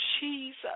Jesus